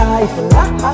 Life